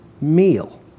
meal